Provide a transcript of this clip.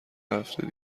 هفته